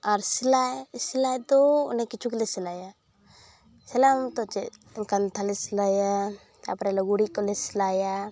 ᱟᱨ ᱥᱤᱞᱟᱭ ᱥᱤᱞᱟᱭᱫᱚ ᱚᱱᱮᱠ ᱠᱤᱪᱷᱩᱞᱮ ᱥᱤᱞᱟᱭᱟ ᱥᱤᱞᱟᱭ ᱢᱚᱛᱚ ᱪᱮᱫ ᱠᱟᱱᱛᱷᱟᱞᱮ ᱥᱤᱞᱟᱭᱟ ᱛᱟᱯᱚᱨᱮ ᱞᱩᱜᱽᱲᱤᱡ ᱠᱚᱞᱮ ᱥᱤᱞᱟᱭᱟ